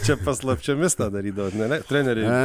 čia paslapčiomis tą darydavot ne ne treneriai